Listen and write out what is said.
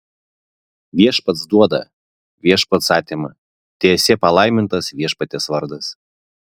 viešpats duoda viešpats atima teesie palaimintas viešpaties vardas